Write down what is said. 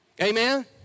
Amen